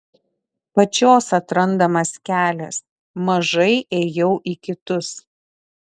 pačios atrandamas kelias mažai ėjau į kitus